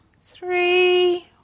three